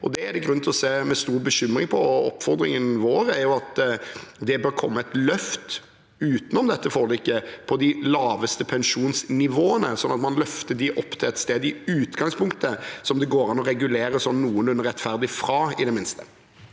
det er det grunn til å se med stor bekymring på. Oppfordringen vår er at det bør komme et løft utenom dette forliket på de laveste pensjonsnivåene, sånn at man løfter dem opp til et sted i utgangspunktet som det i det minste går an å regulere sånn noenlunde rettferdig fra. Presidenten